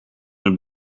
hun